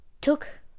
took